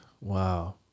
Wow